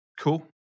Cool